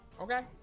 Okay